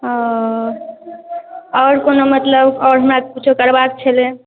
आओर कोनो मतलब आओर हमरा किछु करबाक छलै